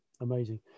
amazing